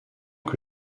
que